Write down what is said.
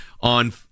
on